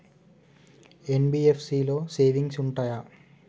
NBFC లో savings ఉంటయా?